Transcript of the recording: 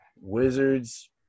Wizards